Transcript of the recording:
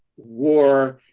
war,